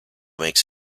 makes